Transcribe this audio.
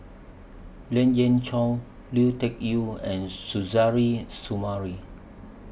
Lien Ying Chow Lui Tuck Yew and Suzairhe Sumari